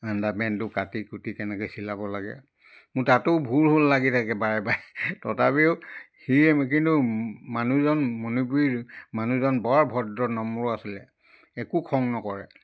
আণ্ডাৰপেণ্টটো কাটি কুটি কেনেকৈ চিলাব লাগে মোৰ তাতো ভুল লাগি থাকে বাৰে বাৰে তথাপিও সিয়ে কিন্তু মানুহজন মণিপুৰী মানুহজন বৰ ভদ্ৰ নম্ৰ আছিলে একো খং নকৰে